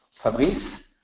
fabrice,